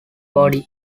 body